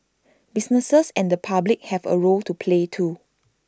businesses and the public have A role to play too